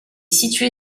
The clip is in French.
situé